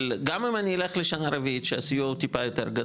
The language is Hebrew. אבל גם אם אני אלך לשנה הרביעית שהסיוע הוא יותר גדול,